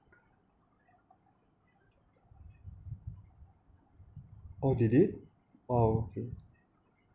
oh they did oh okay